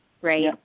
right